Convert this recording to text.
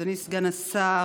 אדוני סגן השר,